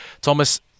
Thomas